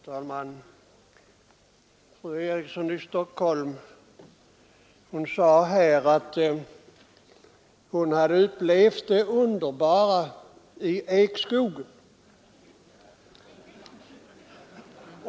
Fru talman! Fru Eriksson i Stockholm sade att hon hade upplevt det underbara i ekskogen.